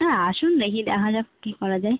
হ্যাঁ আসুন দেখি দেখা যাক কী করা যায়